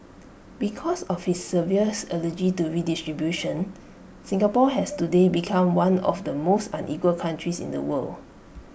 because of his severes allergy to redistribution Singapore has today become one of the most unequal countries in the world